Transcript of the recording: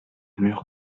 mur